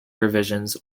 revisions